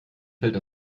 fällt